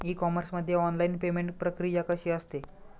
E commerce मध्ये online payment प्रक्रिया कशी असते?